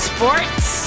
Sports